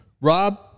Rob